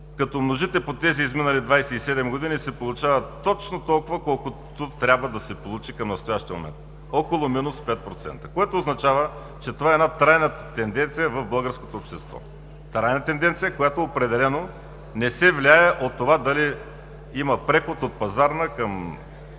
Като умножите по тези изминали 27 години, се получава точно толкова, колкото трябва да се получи към настоящия момент – около минус 5%, което означава, че това е една трайна тенденция в българското общество. Трайна тенденция, която определено не се влияе от това дали има преход от пазарна към